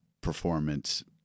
performance